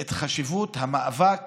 את חשיבות המאבק